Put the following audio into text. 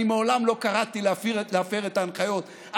אני מעולם לא קראתי להפר את ההנחיות,